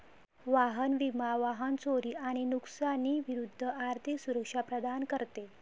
वाहन विमा वाहन चोरी आणि नुकसानी विरूद्ध आर्थिक सुरक्षा प्रदान करते